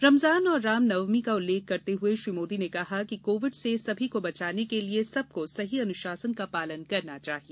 रमजान और राम नवमी का उल्लेख करते हुए श्री मोदी ने कहा कोविड से सभी को बचाने के लिए सबको सही अनुशासन का पालन करना चाहिए